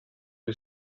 del